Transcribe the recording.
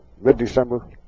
mid-December